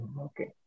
Okay